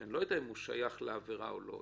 שאני לא יודע אם הוא שייך לעבירה או לא.